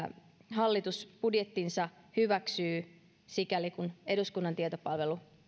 hallitus budjettinsa hyväksyy sikäli kuin eduskunnan tietopalvelu